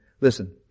listen